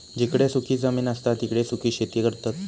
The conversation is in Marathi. जिकडे सुखी जमीन असता तिकडे सुखी शेती करतत